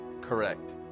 correct